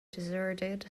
deserted